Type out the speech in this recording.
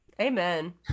Amen